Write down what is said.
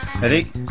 Ready